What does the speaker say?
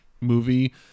movie